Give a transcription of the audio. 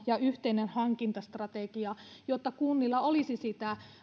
ja yhteinen hankintastrategia jotta kunnilla olisi sitä